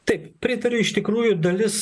taip pritariu iš tikrųjų dalis